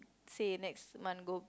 say next month go